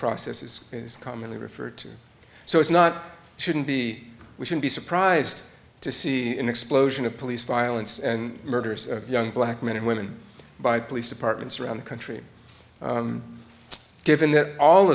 process is is commonly referred to so it's not shouldn't be we should be surprised to see an explosion of police violence and murders of young black men and women by police departments around the country given that all